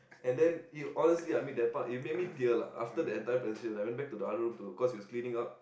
and then it honestly I mean that part it made me tear lah after the entire presentation I went back to the other room to cause it was cleaning up